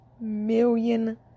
million